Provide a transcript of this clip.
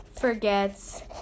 forgets